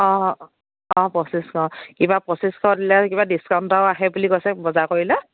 অ' অ' পঁচিছশ কিবা পঁচিছশ দিলে কিবা ডিচকাউন্ট এটাও আহে বুলি কৈছে বজাৰ কৰিলে